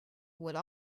would